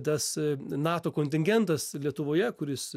tas nato kontingentas lietuvoje kuris